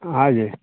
हँ जी